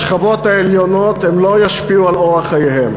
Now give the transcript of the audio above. בשכבות העליונות הם לא ישפיעו על אורח החיים,